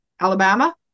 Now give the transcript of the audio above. alabama